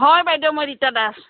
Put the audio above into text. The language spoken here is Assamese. হয় বাইদেউ মই ৰীতা দাস